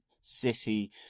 city